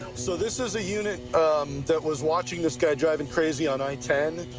so this is a unit um that was watching this guy driving crazy on i ten.